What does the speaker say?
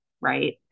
right